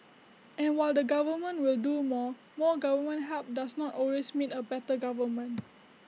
and while the government will do more more government help does not always mean A better government